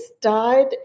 died